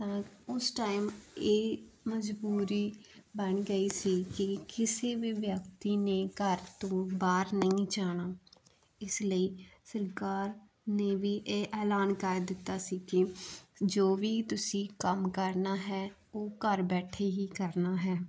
ਤਾਂ ਉਸ ਟਾਈਮ ਇਹ ਮਜਬੂਰੀ ਬਣ ਗਈ ਸੀ ਕਿ ਕਿਸੇ ਵੀ ਵਿਅਕਤੀ ਨੇ ਘਰ ਤੋਂ ਬਾਹਰ ਨਹੀਂ ਜਾਣਾ ਇਸ ਲਈ ਸਰਕਾਰ ਨੇ ਵੀ ਇਹ ਐਲਾਨ ਕਰ ਦਿੱਤਾ ਸੀ ਕਿ ਜੋ ਵੀ ਤੁਸੀਂ ਕੰਮ ਕਰਨਾ ਹੈ ਉਹ ਘਰ ਬੈਠੇ ਹੀ ਕਰਨਾ ਹੈ